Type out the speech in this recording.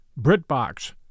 BritBox